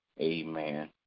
amen